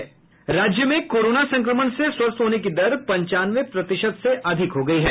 राज्य में कोरोना संक्रमण से स्वस्थ होने की दर पंचानवे प्रतिशत से अधिक हो गई है